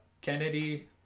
Kennedy